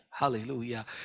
Hallelujah